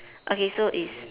okay so it's